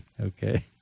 Okay